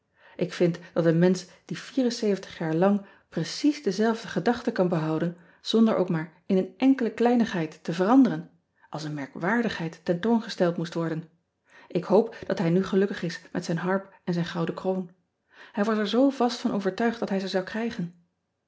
k vind dat een mensch die jaar lang precies dezelfde gedachten kan behouden zonder ook maar in een enkele kleinigheid te veranderen als een merkwaardigheid tentoongesteld moest worden k hoop dat hij nu gelukkig is met zijn harp en zijn gouden kroon ij was er zoo vast van overtuigd dat hij ze zou krijgen